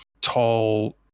tall